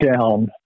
down